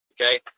Okay